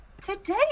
today